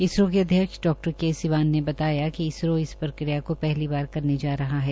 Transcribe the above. इसरो के अध्यक्ष डा के सीवन ने बताया कि इसरो इस प्रक्रिया को पहली बार करने जा रहा है